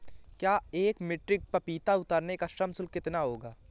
एक metric ton पपीता उतारने का श्रम शुल्क कितना होगा?